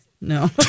No